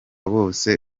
bose